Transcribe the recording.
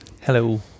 Hello